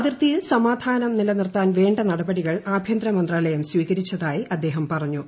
അതിർത്തിയിൽ സമാധാനം നിലനിർത്താൻ വേണ്ട നടപടികൾ ആഭ്യന്തരമന്ത്രാലയം സ്വീകരിച്ചതായി അദ്ദേഹം പറഞ്ഞു